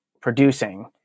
producing